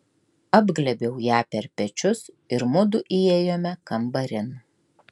apglėbiau ją per pečius ir mudu įėjome kambarin